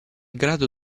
grado